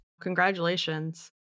Congratulations